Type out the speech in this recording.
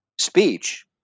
speech